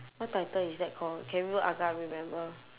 what title is that call can remember agar remember